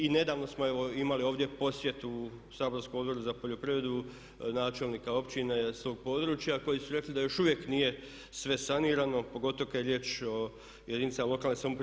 I nedavno smo evo imali ovdje posjetu Saborskom odboru za poljoprivredu načelnika općina s tog područja koji su rekli da još uvijek nije sve sanirano, pogotovo kad je riječ o jedinicama lokalne samouprave.